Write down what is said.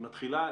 היא מתחילה,